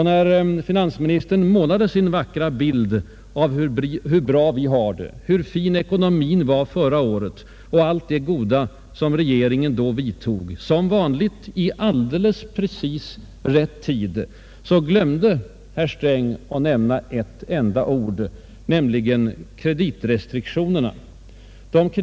När finansministern målade sin vackra bild av hur bra vi har det, hur god ekonomin var förra året och när han räknade upp alla åtgärder som regeringen vidtog — som vanligt i alldeles precis rätt tid — glömde herr Sträng att nämna ett ord, nämligen kreditrestriktionerna.